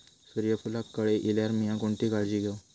सूर्यफूलाक कळे इल्यार मीया कोणती काळजी घेव?